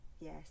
Yes